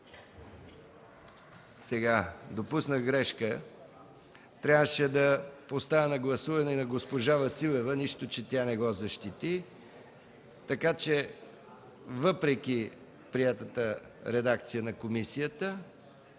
Допуснах грешка. Трябваше да поставя на гласуване предложението и на госпожа Василева, нищо че тя не го защити. Така че въпреки приетата редакция на комисията,